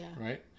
right